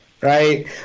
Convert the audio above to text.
right